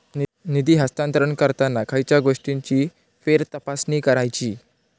निधी हस्तांतरण करताना खयच्या गोष्टींची फेरतपासणी करायची?